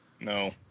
No